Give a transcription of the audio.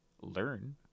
learn